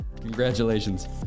Congratulations